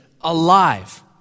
alive